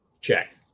Check